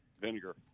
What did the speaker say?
vinegar